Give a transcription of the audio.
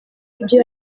ibyo